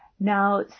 Now